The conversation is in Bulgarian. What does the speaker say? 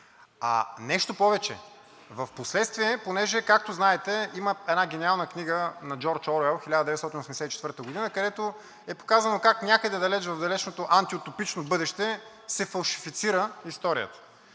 а нещо повече. В последствие, понеже, както знаете, има една гениална книга на Джордж Оруел „1984“, където е показано как някъде далеч в далечното антиутопично бъдеще се фалшифицира историята.